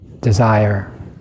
desire